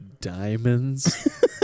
diamonds